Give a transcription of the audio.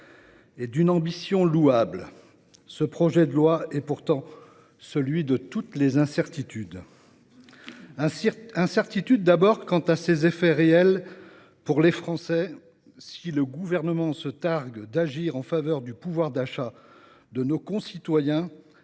et d’une ambition louable, ce projet de loi est pourtant celui de toutes les incertitudes. Incertitude, d’abord, quant à ses effets réels pour les Français. Si le Gouvernement se targue d’agir en faveur du pouvoir d’achat de nos concitoyens,